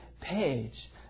page